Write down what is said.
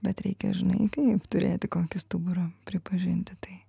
bet reikia žinai kaip turėti kokį stuburą pripažinti tai